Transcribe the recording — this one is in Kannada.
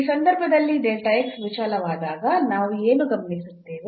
ಈ ಸಂದರ್ಭದಲ್ಲಿ ವಿಶಾಲವಾದಗ ನಾವು ಏನು ಗಮನಿಸುತ್ತೇವೆ